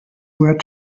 were